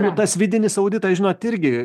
tas vidinis auditas žinot irgi